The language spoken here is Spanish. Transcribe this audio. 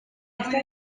esta